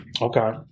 Okay